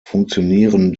funktionieren